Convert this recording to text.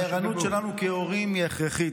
הערנות שלנו כהורים היא הכרחית.